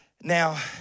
Now